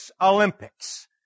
Olympics